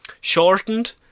shortened